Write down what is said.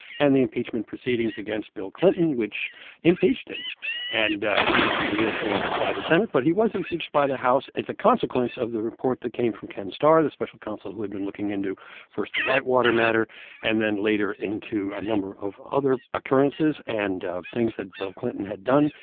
and the impeachment proceedings against bill clinton, which impeached him and he was not removed from office by the senate, but he was impeached by the house as a consequence of the report that came from ken starr, the special counsel who had been looking into first the whitewater matter and then later into a number of other occurrences and ah things that bill clinton had done,